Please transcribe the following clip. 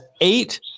eight